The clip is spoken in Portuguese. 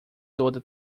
toda